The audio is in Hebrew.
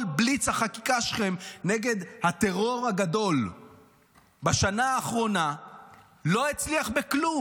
כל בליץ החקיקה שלכם נגד הטרור הגדול בשנה האחרונה לא הצליח בכלום,